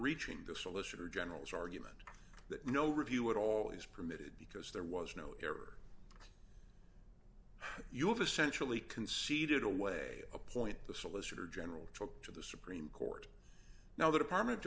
reaching the solicitor general's argument that no review at all is permitted because there was no error you have a centrally conceded a way appoint the solicitor general to talk to the supreme court now the department of